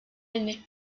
année